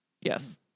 Yes